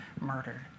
murdered